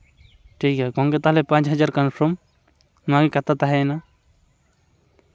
ᱴᱷᱤᱠ ᱜᱮᱭᱟ ᱠᱚᱢ ᱜᱮ ᱛᱟᱦᱞᱮ ᱯᱟᱸᱪ ᱦᱟᱡᱟᱨ ᱠᱚᱱᱯᱷᱟᱨᱢ ᱚᱱᱟᱜᱮ ᱠᱟᱛᱷᱟ ᱛᱟᱦᱮᱸᱭᱮᱱᱟ